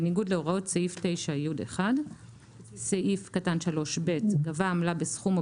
בניגוד לסעיף 9י1'. סעיף קטן (3)(ב) 'גבה עמלה בסכום או